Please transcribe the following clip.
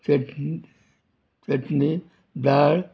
चट्ण चट्णी दाळ